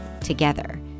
Together